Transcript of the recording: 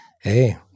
Hey